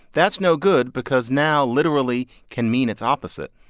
that's no good because now literally can mean its opposite.